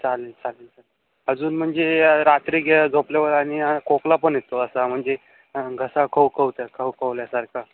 चालेल चालेल चालेल अजून म्हणजे रात्री घ्या झोपल्यावर आणि खोकला पण येतो असा म्हणजे घसा खवखवतो खवखवल्यासारखं